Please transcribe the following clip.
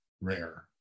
rare